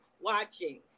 watching